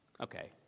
okay